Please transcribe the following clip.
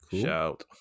Shout